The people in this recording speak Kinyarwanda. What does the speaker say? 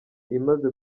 imaze